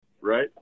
right